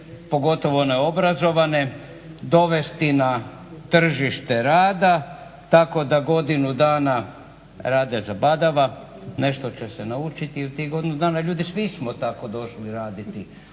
pogotovo one obrazovane dovesti na tržište rada tako da godinu dana rade zabadava. Nešto će se naučiti u tih godinu dana. Ljudi svi smo tako došli raditi